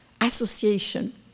association